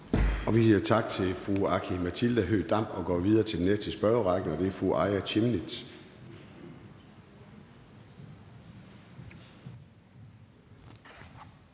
Vi siger tak til fru Aki-Matilda Høegh-Dam. Vi går videre til næste spørger, og det er fru Aaja Chemnitz.